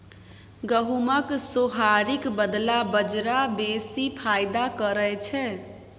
गहुमक सोहारीक बदला बजरा बेसी फायदा करय छै